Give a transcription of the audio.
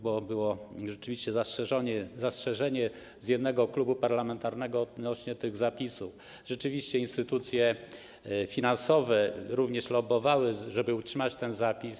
Było rzeczywiście zastrzeżenie ze strony jednego klubu parlamentarnego odnośnie do tych zapisów, rzeczywiście instytucje finansowe również lobbowały, żeby utrzymać ten zapis.